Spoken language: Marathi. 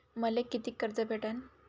मले कितीक कर्ज भेटन?